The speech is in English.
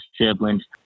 siblings